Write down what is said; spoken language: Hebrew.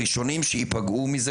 הראשונים שיפגעו מזה,